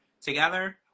together